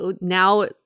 now